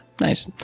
Nice